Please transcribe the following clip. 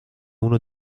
uno